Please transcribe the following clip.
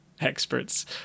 experts